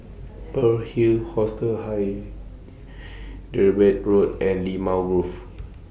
Pearl's Hill Hostel Road and Limau Grove